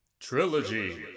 Trilogy